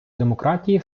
демократії